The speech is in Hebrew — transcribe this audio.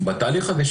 בתהליך הזה,